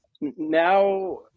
Now